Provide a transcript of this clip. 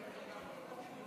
החלטות עם יד רוחצת יד, באיזה